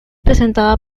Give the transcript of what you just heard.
presentada